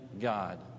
God